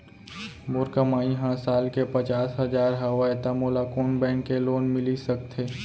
मोर कमाई ह साल के पचास हजार हवय त मोला कोन बैंक के लोन मिलिस सकथे?